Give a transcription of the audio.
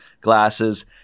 glasses